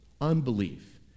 unbelief